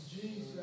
Jesus